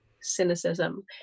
cynicism